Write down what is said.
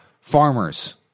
Farmers